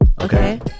Okay